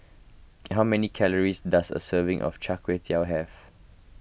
how many calories does a serving of Chai Kuay Tow have